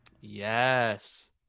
Yes